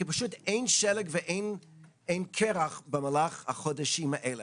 כי פשוט אין שלג ואין קרח במהלך החודשים האלה.